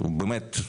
באמת,